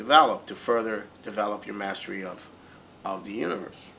develop to further develop your mastery of of the univers